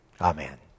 Amen